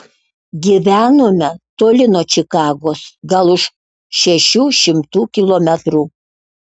gyvenome toli nuo čikagos gal už šešių šimtų kilometrų